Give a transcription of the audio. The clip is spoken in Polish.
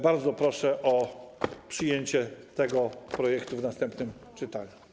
Bardzo proszę o przyjęcie tego projektu w następnym czytaniu.